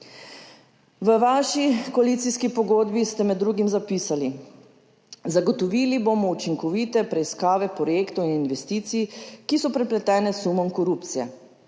V vaši koalicijski pogodbi ste med drugim zapisali, zagotovili bomo učinkovite preiskave projektov in investicij, ki so prepletene s sumom korupcije.